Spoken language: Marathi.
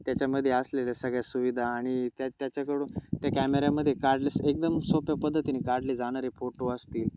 त्याच्यामध्ये असलेल्या सगळ्या सुविधा आणि त्या त्याच्याकडून त्या कॅमेऱ्यामध्ये काढलेस एकदम सोप्या पद्धतीने काढले जाणारे फोटो असतील